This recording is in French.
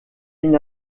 cette